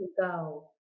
go